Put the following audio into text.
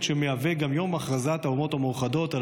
שהוא גם מועד הכרזת האומות המאוחדות על